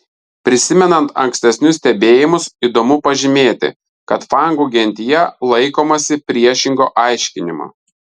prisimenant ankstesnius stebėjimus įdomu pažymėti kad fangų gentyje laikomasi priešingo aiškinimo